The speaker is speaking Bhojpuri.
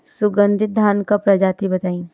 सुगन्धित धान क प्रजाति बताई?